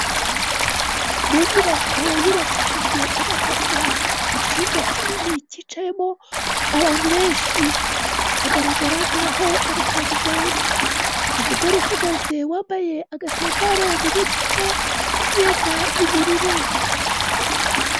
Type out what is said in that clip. Mu nyubako yubakishijwe amatafari, icyumba kinini cyicayemo abantu benshi hagaragara nkaho ari kwa muganga, umugore uhagaze wambaye agatambaro mu mutwe n'imyenda y'ubururu.